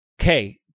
Okay